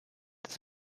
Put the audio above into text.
des